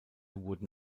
wurden